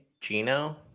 Gino